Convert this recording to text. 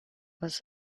was